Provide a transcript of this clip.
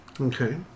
Okay